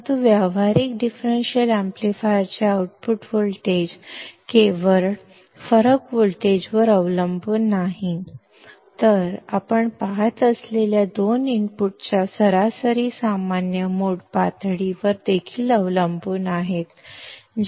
परंतु व्यावहारिक डिफरेंशियल एम्पलीफायरचे आउटपुट व्होल्टेज केवळ फरक व्होल्टेजवर अवलंबून नाही तर आपण पहात असलेल्या दोन इनपुटच्या सरासरी सामान्य मोड पातळीवर देखील अवलंबून असते